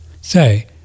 say